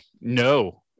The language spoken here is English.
No